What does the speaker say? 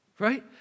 right